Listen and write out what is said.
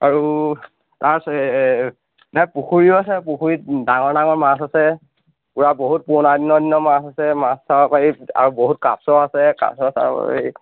আৰু তাত নাই পুখুৰীও আছে পুখুৰীত ডাঙৰ ডাঙৰ মাছ আছে পুৰা বহুত পুৰণা দিনৰ দিনৰ মাছ আছে মাছ চাব পাৰি আৰু বহুত কাছ আছে কাছ চাব পাৰি